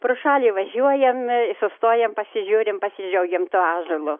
pro šalį važiuojam sustojam pasižiūrim pasidžiaugiam tuo ąžuolu